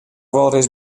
wolris